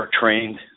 trained